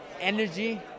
energy